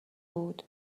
بود